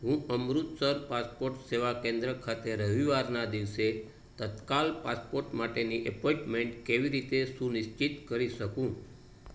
હું અમૃતસર પાસપોર્ટ સેવા કેન્દ્ર ખાતે રવિવારના દિવસે તત્કાલ પાસપોર્ટ માટેની એપોઇન્ટમેન્ટ કેવી રીતે સુનિશ્ચિત કરી શકું